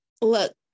Look